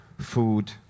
food